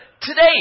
today